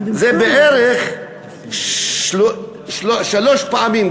זה בערך שלוש פעמים,